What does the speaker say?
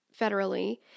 federally